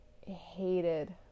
hated